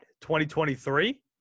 2023